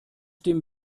dem